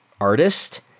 artist